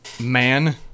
man